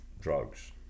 Drugs